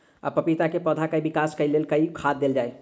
पपीता केँ पौधा केँ विकास केँ लेल केँ खाद देल जाए?